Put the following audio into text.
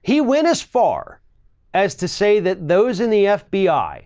he went as far as to say that those in the fbi